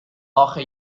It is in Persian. آخه